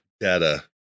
data